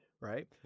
Right